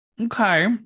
Okay